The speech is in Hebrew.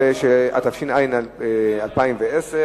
לא כל הילדים מקבלים שירות